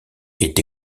est